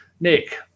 Nick